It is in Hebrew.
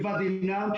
וואדי אל-נעם,